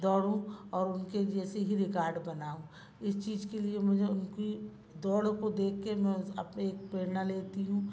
दौड़ूँ और उनके जैसी ही रिकार्ड बनाऊँ इस चीज के लिए मुझे उनकी दौड़ को देख के मैं अपने एक प्रेरणा लेती हूँ